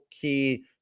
key